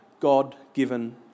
God-given